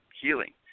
healing